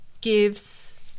gives